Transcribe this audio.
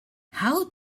how